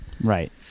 Right